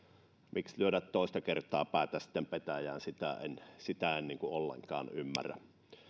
miksi lyödä toista kertaa päätä petäjään sitä en niin kuin ollenkaan ymmärrä